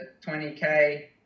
20k